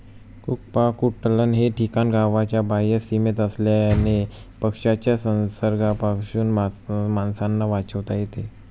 कुक्पाकुटलन हे ठिकाण गावाच्या बाह्य सीमेत असल्याने पक्ष्यांच्या संसर्गापासून माणसांना वाचवता येते